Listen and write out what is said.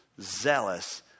zealous